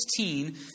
16